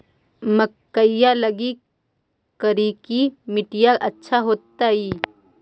मकईया लगी करिकी मिट्टियां अच्छा होतई